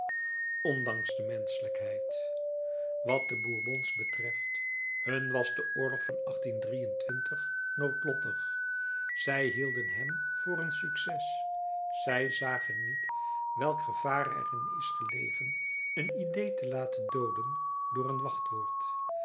ondanks de menschelijkheid wat de bourbons betreft hun was de oorlog van noodlottig zij hielden hem voor een succes zij zagen niet welk gevaar er in is gelegen een idée te laten dooden door een wachtwoord